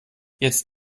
jetzt